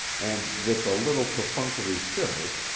and with a little perfunctory shiver,